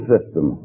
System